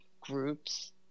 groups